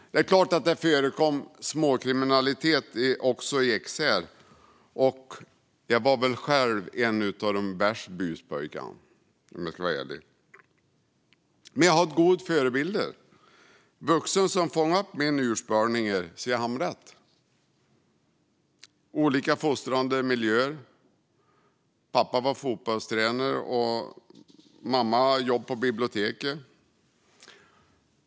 Det är klart att det förekom småkriminalitet också i Ekshär. Jag var väl själv en av de värsta buspojkarna, om jag ska vara ärlig. Men jag hade goda förebilder i vuxna som fångade upp mina urspårningar så att jag hamnade rätt i olika fostrande miljöer. Pappa var fotbollstränare och mamma jobbade på biblioteket.